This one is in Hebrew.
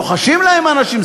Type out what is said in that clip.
לוחשים להם אנשים,